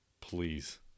Please